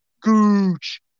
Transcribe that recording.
Gooch